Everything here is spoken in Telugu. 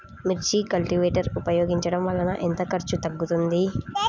మిర్చి కల్టీవేటర్ ఉపయోగించటం వలన ఎంత ఖర్చు తగ్గుతుంది?